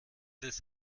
des